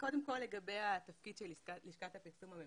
כל לגבי התפקיד של לשכת הפרסום הממשלתית,